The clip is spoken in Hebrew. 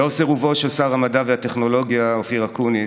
לנוכח סירובו של שר המדע והטכנולוגיה אופיר אקוניס,